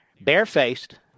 barefaced